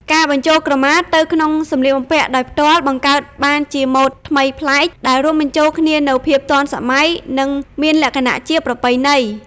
ការបញ្ចូលក្រមាទៅក្នុងសម្លៀកបំពាក់ដោយផ្ទាល់ បង្កើតបានជាម៉ូដថ្មីប្លែក ដែលរួមបញ្ចូលគ្នានូវភាពទាន់សម័យ និងមានលក្ខណជាប្រពៃណី។